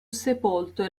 sepolto